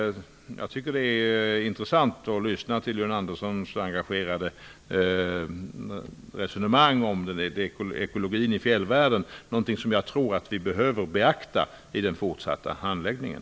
Jag tycker att det är intressant att lyssna på John Anderssons engagerade resonemang om ekologin i fjällvärlden. Det är någonting som jag tror att vi bör beakta i den fortsatta handläggningen.